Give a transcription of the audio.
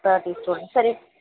thirty students சரி